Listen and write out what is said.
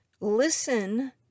Listen